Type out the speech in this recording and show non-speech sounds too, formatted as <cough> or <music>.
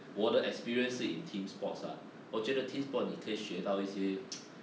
我的 experienced 是 in team sports ah 我觉得 team sports 你可以学到一些 <noise>